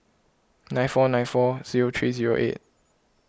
nine four nine four zero three zero eight